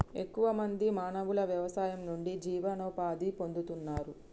ఎక్కువ మంది మానవులు వ్యవసాయం నుండి జీవనోపాధి పొందుతున్నారు